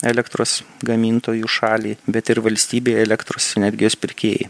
elektros gamintojų šaliai bet ir valstybei elektros energijos pirkėjai